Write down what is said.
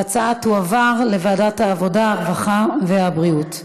ההצעות תועברנה לוועדת העבודה, הרווחה והבריאות.